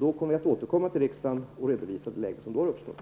återkommer vi till riksdagen för att redovisa det läge som då har uppstått.